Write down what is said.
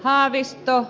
haavisto